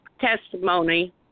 Testimony